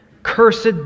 Cursed